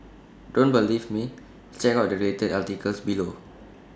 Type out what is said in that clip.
don't believe me check out the related articles below